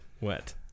wet